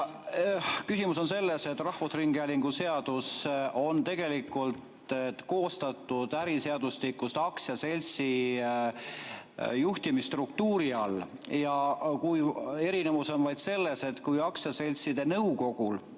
Küsimus on selles, et rahvusringhäälingu seadus on tegelikult koostatud äriseadustikus oleva aktsiaseltsi juhtimisstruktuuri all. Erinevus on vaid selles, et kui aktsiaseltside nõukogul